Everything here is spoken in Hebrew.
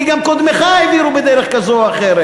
כי גם קודמיך העבירו בדרך כזאת או אחרת.